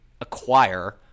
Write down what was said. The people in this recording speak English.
acquire